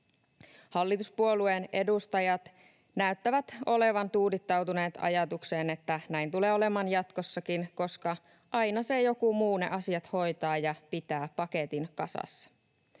Hallituspuolueen edustajat näyttävät olevan tuudittautuneet ajatukseen, että näin tulee olemaan jatkossakin, koska aina se joku muu ne asiat hoitaa ja pitää paketin kasassa.